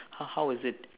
how how is it